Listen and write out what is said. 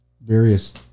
various